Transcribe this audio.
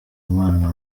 imana